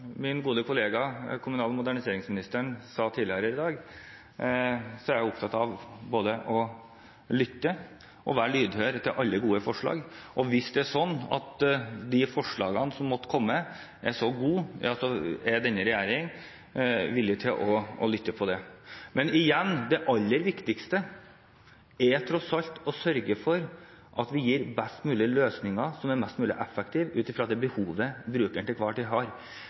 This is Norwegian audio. dag – er jeg opptatt av både å lytte til og å være lydhør for alle gode forslag. Hvis det er sånn at de forslagene som måtte komme, er gode, er denne regjeringen villig til å lytte til dem. Men igjen: Det aller viktigste er tross alt å sørge for at vi gir best mulige løsninger, som er mest mulig effektive, ut fra behovet brukeren til enhver tid har.